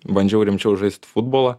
bandžiau rimčiau žaist futbolą